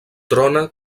trona